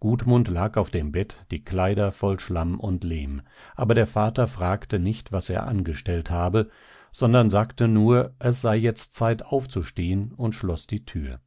gudmund lag auf dem bett die kleider voll schlamm und lehm aber der vater fragte nicht was er angestellt habe sondern sagte nur es sei jetzt zeit aufzustehen und schloß die tür